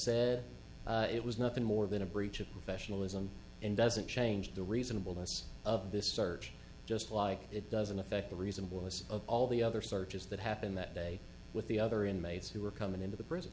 said it was nothing more than a breach of professionalism and doesn't change the reasonable most of this search just like it doesn't affect the reasonable list of all the other searches that happened that day with the other inmates who are coming into the prison